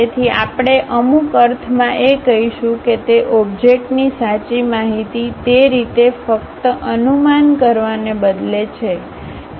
તેથી આપણે અમુક અર્થમાં એ કહીશું કે તે ઓબ્જેક્ટની સાચી માહિતી તે રીતે ફક્ત અનુમાન કરવાને બદલે છે